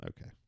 Okay